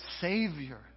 Savior